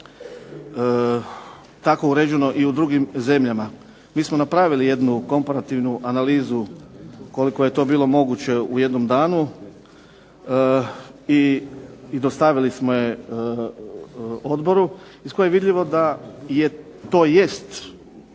tako uređeno i u drugim zemljama. Mi smo napravili jednu komparativnu analizu koliko je to bilo moguće u jednom danu i dostavili smo je odboru iz kojeg je vidljivo da to jest